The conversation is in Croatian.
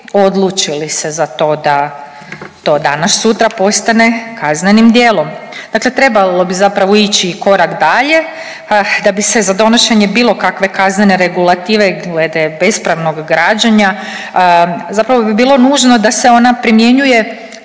odluči li se za to da to danas sutra postane kaznenim djelom. Dakle, trebalo bi zapravo ići i korak dalje. Da bi se za donošenje bilo kake kaznene regulative glede bespravnog građenja, zapravo bi bilo nužno da se ona primjenjuje